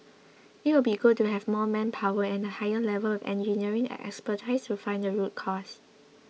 it would be good to have more manpower and a higher level of engineering expertise to find the root cause